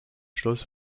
schloss